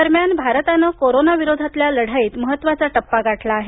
दरम्यान भारतानं कोरोनाविरोधातल्या लढाईत महत्वाचा टप्पा गाठला आहे